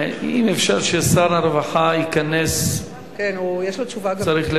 אפשר ששר הרווחה ייכנס, הוא צריך להשיב.